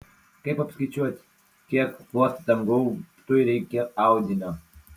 kaip apskaičiuoti kiek klostytam gaubtui reikia audinio